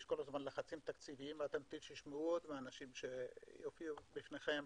יש כל הזמן לחצים תקציביים ותשמעו מאנשים שיופיעו בפניכם